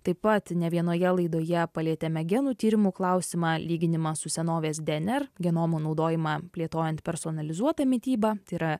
taip pat ne vienoje laidoje palietėme genų tyrimų klausimą lyginimą su senovės dnr genomo naudojimą plėtojant personalizuotą mitybą tai yra